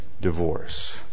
divorce